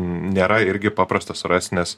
nėra irgi paprasta surasti nes